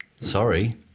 sorry